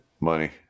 Money